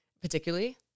particularly